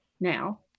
now